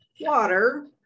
water